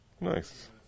nice